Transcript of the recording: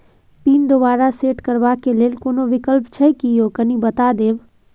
Pin दोबारा set करबा के लेल कोनो विकल्प छै की यो कनी बता देत?